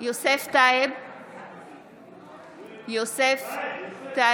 בעד דסטה גדי יברקן, בעד אלי כהן,